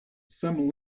some